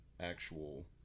actual